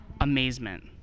amazement